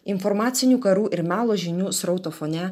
informacinių karų ir melo žinių srauto fone